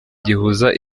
gihuza